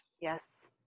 Yes